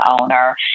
owner